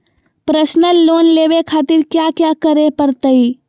Personal loan लेवे खातिर कया क्या करे पड़तइ?